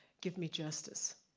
give me justice,